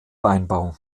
weinbau